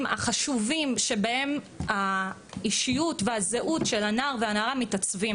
החשובים שבהם האישיות והזהות של הנער והנערה מקבלות עיצוב,